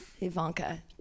Ivanka